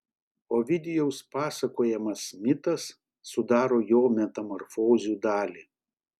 ovidijaus pasakojamas mitas sudaro jo metamorfozių dalį